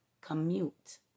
Commute